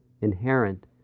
inherent